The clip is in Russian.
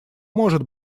может